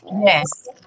Yes